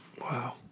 Wow